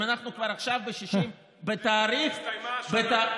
אם עכשיו אנחנו כבר עכשיו, בתאריך, הסתיימה השנה.